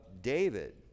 David